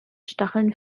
stacheln